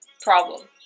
problem